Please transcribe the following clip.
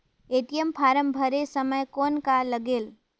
ATM form भरे समय कौन का लगेल?